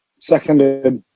seconded.